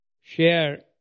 share